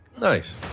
Nice